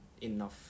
enough